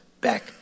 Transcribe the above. back